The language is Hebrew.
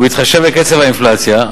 ובהתחשב בקצב האינפלציה,